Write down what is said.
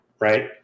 right